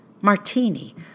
Martini